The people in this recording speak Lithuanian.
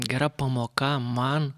gera pamoka man